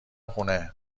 خونه